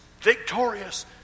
victorious